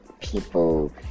people